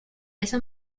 eso